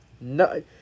No